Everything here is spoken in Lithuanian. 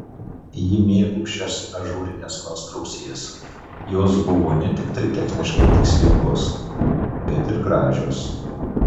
ji mėgo šias ažūrines konstrukcijas jos buvo ne tiktai techniškai tikslingos bet ir gražios